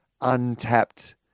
untapped